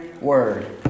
word